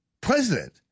president